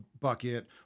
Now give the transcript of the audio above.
bucket